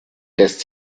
lässt